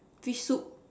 fish soup